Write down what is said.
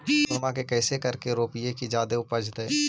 लहसूनमा के कैसे करके रोपीय की जादा उपजई?